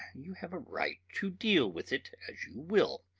you have a right to deal with it as you will.